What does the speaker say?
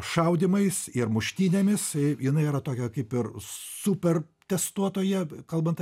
šaudymais ir muštynėmis jinai yra tokia kaip ir super testuotoja kalbant